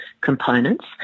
components